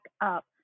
up